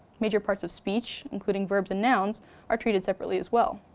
major parts of speech, including verbs and nouns are treated separately as well.